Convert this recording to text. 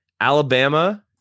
Alabama-